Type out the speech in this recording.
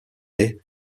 été